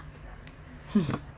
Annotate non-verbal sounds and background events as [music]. [laughs]